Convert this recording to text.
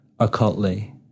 occultly